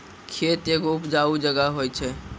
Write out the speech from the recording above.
खेत एगो उपजाऊ जगह होय छै